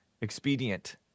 expedient